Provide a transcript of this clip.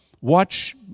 watch